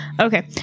Okay